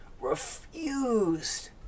refused